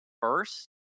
first